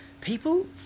people